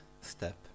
step